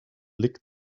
lick